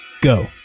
go